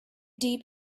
deep